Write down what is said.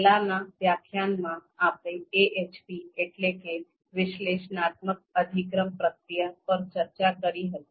પહેલાનાં વ્યાખ્યાનોમાં આપણે AHP એટલે કે વિશ્લેષણાત્મક અધિક્રમ પ્રક્રિયા પર ચર્ચા કરી હતી